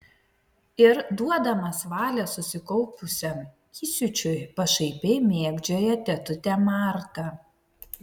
ir duodamas valią susikaupusiam įsiūčiui pašaipiai mėgdžioja tetutę martą